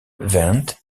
vente